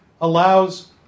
allows